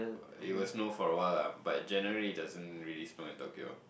it will snow for awhile la but January it doesn't really snow in Tokyo